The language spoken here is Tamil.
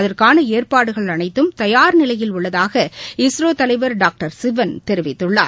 அதற்கானஏற்பாடுகள் அனைத்தும் தயார் நிலையில் உள்ளதாக இஸ்ரோதலைவர் டாக்டர் சிவன் தெரிவித்துள்ளார்